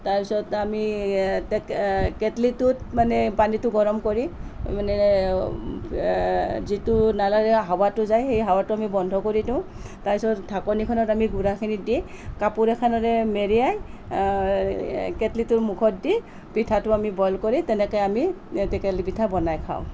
তাৰ পিছত আমি কেটলীটোত মানে পানীটো গৰম কৰি মানে যিটো নালেৰে হাৱাটো যায় সেই হাৱাটো আমি বন্ধ কৰি দিওঁ তাৰ পিছত ঢাকনিখনত আমি গুড়াখিনি দি কাপোৰ এখনেৰে মেৰিয়াই কেটলীটোৰ মুখত দি পিঠাটো আমি বইল কৰি তেনেকৈ আমি টেকেলি পিঠা বনাই খাওঁ